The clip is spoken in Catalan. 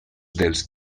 dels